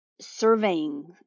surveying